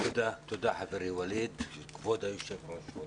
תודה חברי ווליד, כבוד היושב ראש.